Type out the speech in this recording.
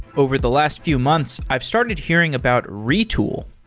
over the last few months, i've started hearing about retool.